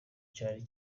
cyari